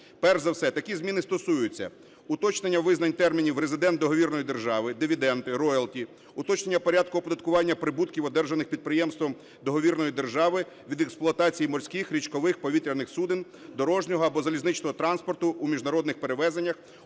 Перш за все такі зміни стосуються уточнення визнань термінів "резидент договірної держави", "дивіденди", "роялті"; уточнення порядку оподаткування прибутків, одержаних підприємством договірної держави від експлуатації морських, річкових, повітряних суден, дорожнього або залізничного транспорту у міжнародних перевезеннях